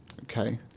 Okay